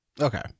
Okay